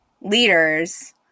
leaders